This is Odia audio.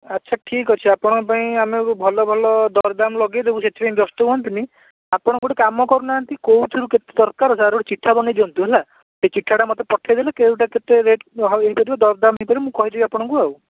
ଆଚ୍ଛା ଠିକ୍ଅଛି ଆପଣଙ୍କ ପାଇଁ ଆମେ ଏବେ ଭଲ ଭଲ ଦରଦାମ୍ ଲଗାଇଦେବୁ ସେଥିପାଇଁ ବ୍ୟସ୍ତ ହୁଅନ୍ତୁନି ଆପଣ ଗୋଟେ କାମ କରୁନାହାନ୍ତି କେଉଁଥିରୁ କେତେ ଦରକାର ତା'ର ଗୋଟେ ଚିଠା ବନାଇ ଦିଅନ୍ତୁ ହେଲା ସେ ଚିଠାଟା ମୋତେ ପଠାଇ ଦେଲେ କେଉଁଟା କେତେ ରେଟ୍ ହୋଇପାରିବ ଦରଦାମ୍ ହୋଇପାରିବ ମୁଁ କହିଦେବି ଆପଣଙ୍କୁ ଆଉ